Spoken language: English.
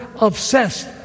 obsessed